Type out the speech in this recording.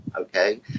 Okay